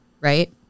right